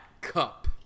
cup